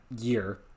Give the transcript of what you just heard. year